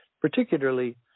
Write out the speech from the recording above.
particularly